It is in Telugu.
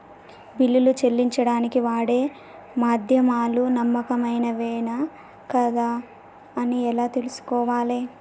బిల్లులు చెల్లించడానికి వాడే మాధ్యమాలు నమ్మకమైనవేనా కాదా అని ఎలా తెలుసుకోవాలే?